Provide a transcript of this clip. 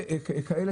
הרב,